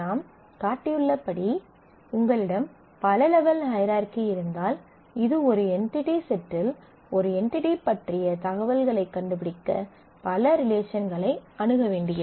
நாம் காட்டியுள்ள படி உங்களிடம் பல லெவல் ஹையரார்கீ இருந்தால் இது ஒரு என்டிடி செட்டில் ஒரு என்டிடி பற்றிய தகவல்களைக் கண்டுபிடிக்க பல ரிலேஷன்களை அணுக வேண்டி இருக்கும்